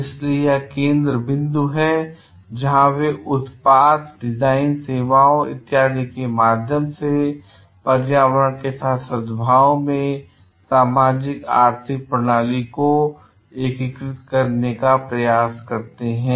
इसलिए यह केंद्र बिंदु है जहां वे उत्पाद डिजाइन सेवाओं इत्यादि के माध्यम से पर्यावरण के साथ सद्भाव में सामाजिक आर्थिक प्रणाली को एकीकृत करने की कोशिश करते हैं